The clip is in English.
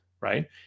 Right